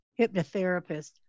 hypnotherapist